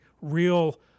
real